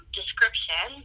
description